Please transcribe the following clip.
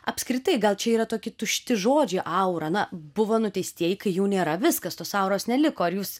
apskritai gal čia yra toki tušti žodžiai aura na buvo nuteistieji kai jų nėra viskas auros neliko ar jūs